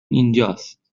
اینجاست